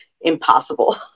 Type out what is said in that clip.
impossible